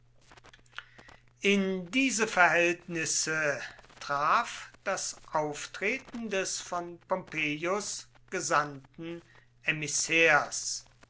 in diese verhältnisse traf das auftreten des von pompeius gesandten emissärs